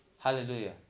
Hallelujah